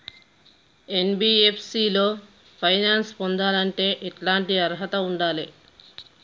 NBFC లో finance పొందాలంటే ఎట్లాంటి అర్హత ఉండాలే?